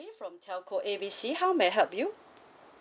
from telco A B C how may I help you